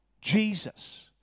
Jesus